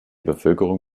bevölkerung